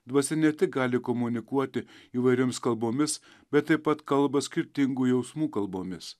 dvasia ne tik gali komunikuoti įvairiomis kalbomis bet taip pat kalba skirtingų jausmų kalbomis